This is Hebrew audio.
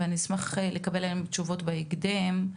שאשמח לקבל עליהן תשובות בהקדם.